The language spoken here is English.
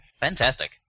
Fantastic